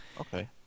Okay